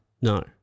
no